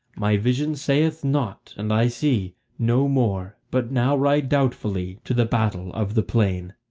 my vision saith not and i see no more but now ride doubtfully to the battle of the plain.